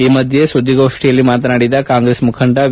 ಈ ಮಧ್ಯೆ ಸುದ್ದಿಗೋಷ್ಠಿಯಲ್ಲಿ ಮಾತನಾಡಿದ ಕಾಂಗ್ರೆಸ್ ಮುಖಂಡ ವಿ